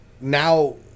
now